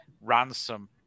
ransom